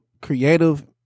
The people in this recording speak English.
creative